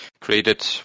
created